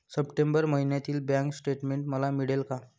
September महिन्यातील bank statement मला मिळेल का?